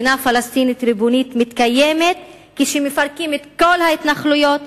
מדינה פלסטינית ריבונית מתקיימת כשמפרקים את כל ההתנחלויות,